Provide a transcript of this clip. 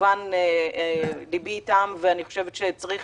שכמובן לבי איתם ואני חושבת שצריך